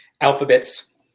alphabets